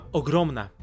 ogromna